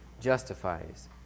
justifies